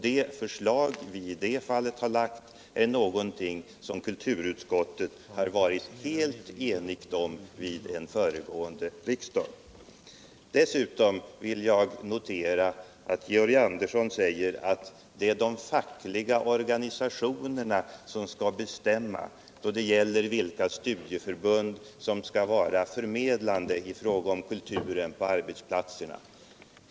Det förslag vi i det fallet har framfört är någonting som kulturutskottet har varit helt enigt om vid föregående riksmöte, Jag noterar att Georg Anderssons uppfattning är att det är de fackliga organisationerna som skall bestämma vilka studieförbund som skall vara förmedlande i fråga om kulturen på arbetsplatserna.